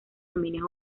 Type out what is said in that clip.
dominios